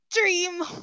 Dream